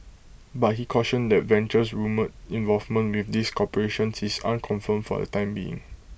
but he cautioned that Venture's rumoured involvement with these corporations is unconfirmed for the time being